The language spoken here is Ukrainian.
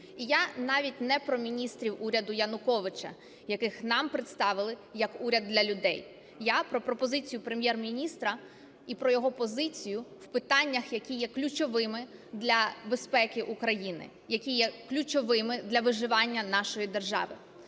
І я навіть не про міністрів уряду Януковича, яких нам представили як уряд для людей, я про пропозицію Прем'єр-міністра і про його позицію в питаннях, які є ключовими для безпеки України, які є ключовими для виживання нашої держави.